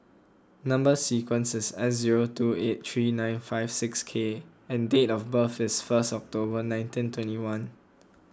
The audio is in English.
Number Sequence is S zero two eight three nine five six K and date of birth is first October nineteen twenty one